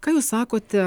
ką jūs sakote